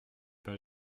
pas